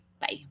Bye